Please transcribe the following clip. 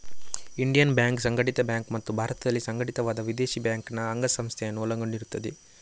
Indian banks ಸಂಘಟಿತ bank ಮತ್ತು ಭಾರತದಲ್ಲಿ ಸಂಘಟಿತವಾದ ವಿದೇಶಿ ಬ್ಯಾಂಕಿನ ಅಂಗಸಂಸ್ಥೆಯನ್ನು ಒಳಗೊಂಡಿರುತ್ತದೆ